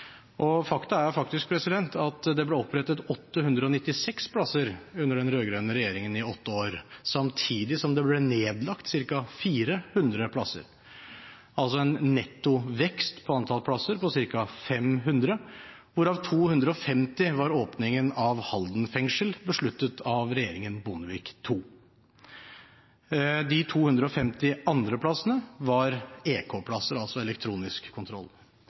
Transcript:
årene. Fakta er at det ble opprettet 896 plasser under den rød-grønne regjeringen i løpet av åtte år, samtidig som det ble nedlagt ca. 400 plasser, altså en netto vekst på antall plasser på ca. 500, hvorav 250 var åpningen av Halden fengsel, besluttet av regjeringen Bondevik II. De 250 andre plassene var EK-plasser, altså elektronisk kontroll.